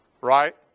right